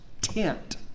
tent